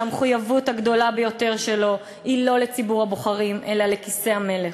שהמחויבות הגדולה ביותר שלו היא לא לציבור הבוחרים אלא לכיסא המלך.